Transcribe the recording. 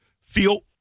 feel